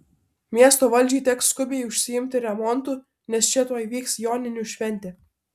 miesto valdžiai teks skubiai užsiimti remontu nes čia tuoj vyks joninių šventė